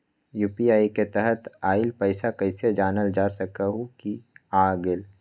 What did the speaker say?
UPI के तहत आइल पैसा कईसे जानल जा सकहु की आ गेल?